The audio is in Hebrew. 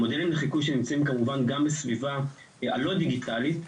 המודלים לחיקוי שנמצאים כמובן גם בסביבה הלא דיגיטלית,